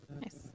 Nice